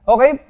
Okay